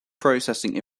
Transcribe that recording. processing